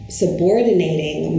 subordinating